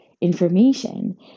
information